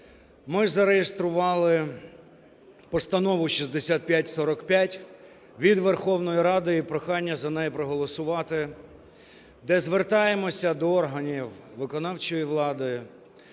Ми зареєстрували Постанову 6545 від Верховної Ради, і прохання за неї проголосувати, де звертаємося до органів виконавчої влади,